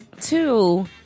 two